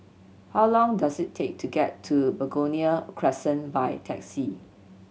how long does it take to get to Begonia Crescent by taxi